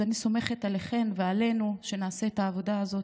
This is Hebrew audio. אז אני סומכת עליכם ועלינו שנעשה את העבודה הזאת,